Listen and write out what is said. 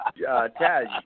taz